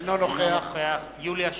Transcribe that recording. אינו נוכח יוליה שמאלוב-ברקוביץ,